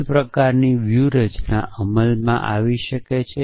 આ જ પ્રકારની વ્યૂહરચના અમલમાં આવી છે